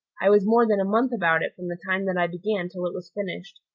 i was more than a month about it from the time that i began till it was finished,